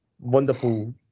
wonderful